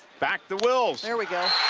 back to wills. there we go.